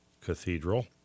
Cathedral